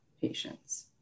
patients